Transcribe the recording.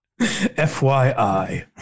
fyi